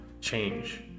change